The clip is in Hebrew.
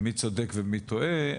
מי צודק ומי טועה,